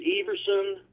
Everson